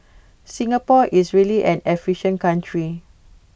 Singapore is really an efficient country